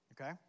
okay